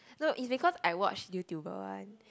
no is because I watch YouTuber one